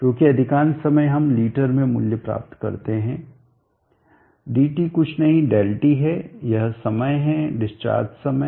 क्योंकि अधिकांश समय हम लीटर में मूल्य प्राप्त करते हैं dt कुछ नहीं ΔT है यह समय है डिस्चार्ज समय